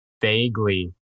vaguely